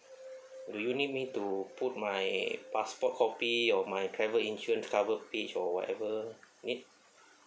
do you need me to put my passport copy of my travel insurance cover page or whatever need